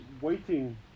waiting